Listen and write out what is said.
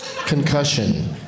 Concussion